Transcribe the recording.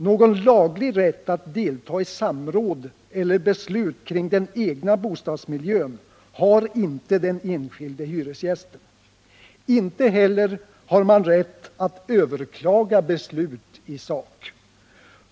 Någon laglig rätt att delta i samråd eller beslut som berör den egna bostadsmiljön har inte den enskilde hyresgästen. Inte heller har man rätt att överklaga beslut i sak.